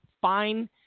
fine